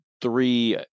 three